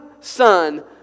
son